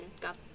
Got